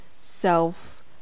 self